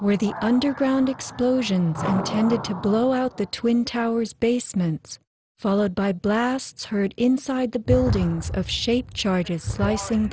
where the underground explosions intended to blow out the twin towers basements followed by blasts heard inside the buildings of shaped charges slicing